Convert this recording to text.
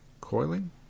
Coiling